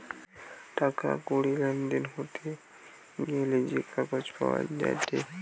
টাকা কড়ির লেনদেন হতে গ্যালে যে কাগজ পাওয়া যায়েটে